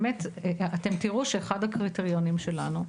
באמת, אתם תראו שאחד הקריטריונים שלנו,